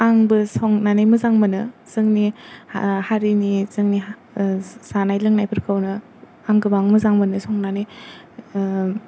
आंबो संनानै मोजां मोनो जोंनि हारिनि जोंनि जानाय लोंनायफोरखौनो आं गोबां मोजां मोनो संनानै